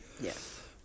Yes